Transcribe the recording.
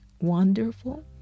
wonderful